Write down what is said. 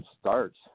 starts